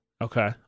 Okay